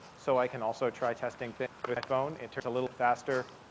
so i can also try testing things with a phone. it's a little faster